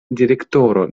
direktoro